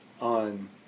on